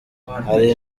hari